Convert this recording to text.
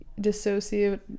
Dissociate